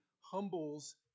humbles